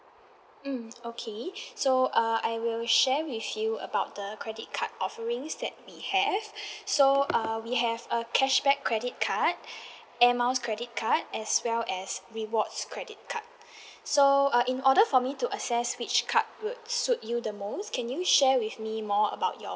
mm okay so uh I will share with you about the credit card offerings that we have so err we have a cashback credit card air miles credit card as well as rewards credit card so uh in order for me to assess which card would suit you the most can you share with me more about your